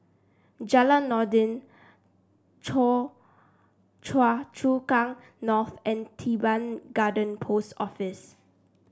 Jalan Noordin Choa Chu Kang North and Teban Garden Post Office